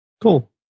Cool